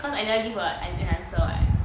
cause I never give an answer [what]